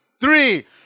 three